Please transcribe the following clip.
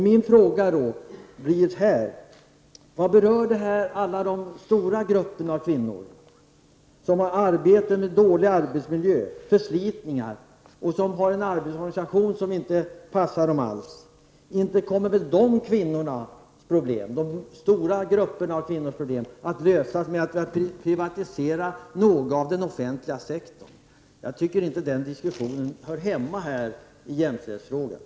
Min fråga blir: Hur berör detta de stora grupperna av kvinnor, de kvinnor som har arbeten med en dålig arbetsmiljö, förslitningar och en arbetsorganisation som inte passar dem alls? Inte kommer väl problemen hos dessa stora grupper av kvinnor att lösas genom att vi privatiserar en del av den offentliga sektorn. Jag tycker inte att denna diskussion hör hemma här i jämställdhetsdebatten.